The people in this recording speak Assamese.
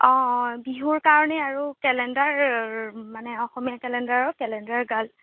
অঁ অঁ বিহুৰ কাৰণে আৰু কেলেণ্ডাৰ মানে অসমীয়া কেলেণ্ডাৰৰ কেলেণ্ডাৰ গাৰ্ল